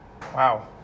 Wow